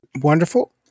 Wonderful